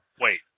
Wait